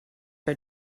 for